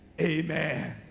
amen